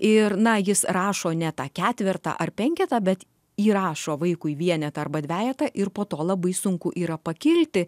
ir na jis rašo ne tą ketvertą ar penketą bet įrašo vaikui vienetą arba dvejetą ir po to labai sunku yra pakilti